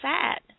sad